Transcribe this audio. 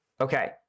okay